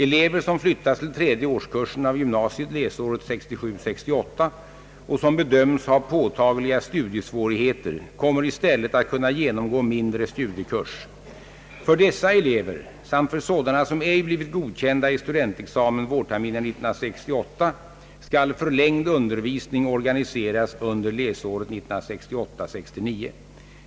Elever som flyttas till tredje årskursen av gymnasiet läsåret 1967 69.